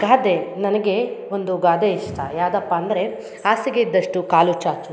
ಗಾದೆ ನನಗೆ ಒಂದು ಗಾದೆ ಇಷ್ಟ ಯಾವ್ದಪ್ಪ ಅಂದರೆ ಹಾಸಿಗೆ ಇದ್ದಷ್ಟು ಕಾಲು ಚಾಚು